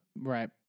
right